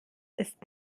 ist